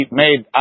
made